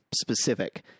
specific